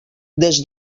des